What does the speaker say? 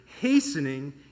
hastening